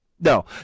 No